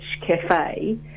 Cafe